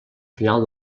final